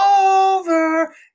over